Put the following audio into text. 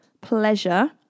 pleasure